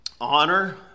honor